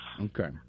Okay